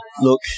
Look